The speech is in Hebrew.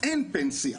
אין פנסיה,